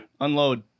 Unload